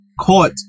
caught